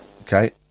Okay